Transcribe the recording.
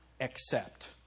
Accept